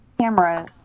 camera